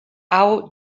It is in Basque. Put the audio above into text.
hau